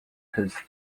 his